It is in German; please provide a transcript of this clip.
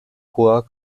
hoher